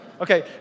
Okay